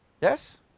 Yes